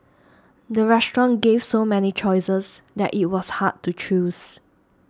the restaurant gave so many choices that it was hard to choose